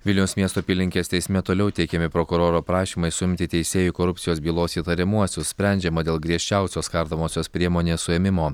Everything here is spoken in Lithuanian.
vilniaus miesto apylinkės teisme toliau teikiami prokuroro prašymai suimti teisėjų korupcijos bylos įtariamuosius sprendžiama dėl griežčiausios kardomosios priemonės suėmimo